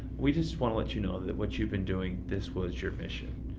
we just want to let you know that what you've been doing, this was your mission.